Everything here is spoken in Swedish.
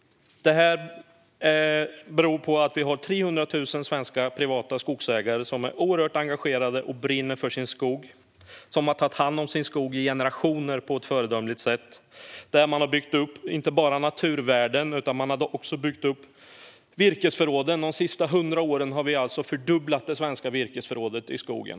Detta beror på att vi har 300 000 privata svenska skogsägare, som är oerhört engagerade och brinner för sin skog. De har på ett föredömligt sätt tagit hand om sin skog i generationer och byggt upp inte bara naturvärden utan också virkesförråd. De senaste 100 åren har vi fördubblat det svenska virkesförrådet i skogen.